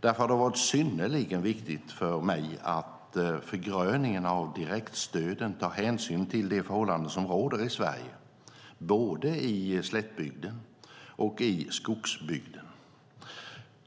Därför har det varit synnerligen viktigt för mig att förgröningen av direktstöden tar hänsyn till de förhållanden som råder i Sverige, både i slättbygden och i skogsbygden.